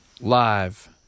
live